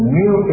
new